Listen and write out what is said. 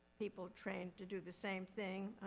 people trained to do the same thing.